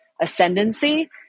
ascendancy